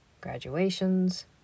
graduations